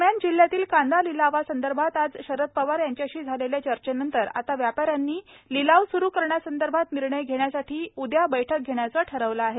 दरम्यान जिल्ह्यातील कांदा लिलावासंदर्भात आज शरद पवार यांच्याशी झालेल्या चर्चेनंतर आता व्यापाऱ्यांनी लिलाव सुरू करण्यासंदर्भात निर्णय घेण्यासाठी उदया बैठक घेण्याचे ठरवलं आहे